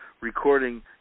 recording